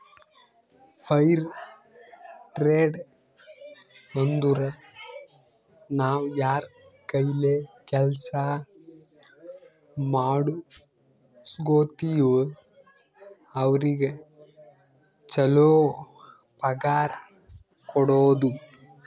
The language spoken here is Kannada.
ಫೈರ್ ಟ್ರೇಡ್ ಅಂದುರ್ ನಾವ್ ಯಾರ್ ಕೈಲೆ ಕೆಲ್ಸಾ ಮಾಡುಸ್ಗೋತಿವ್ ಅವ್ರಿಗ ಛಲೋ ಪಗಾರ್ ಕೊಡೋದು